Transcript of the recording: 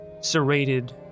serrated